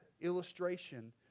illustration